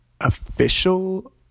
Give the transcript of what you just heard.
official